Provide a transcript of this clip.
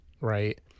right